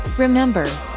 Remember